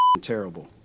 terrible